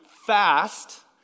fast